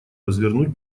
развернуть